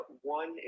One